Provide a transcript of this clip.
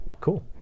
cool